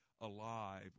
alive